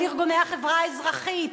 על ארגוני החברה האזרחית,